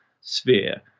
sphere